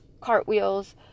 cartwheels